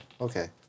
Okay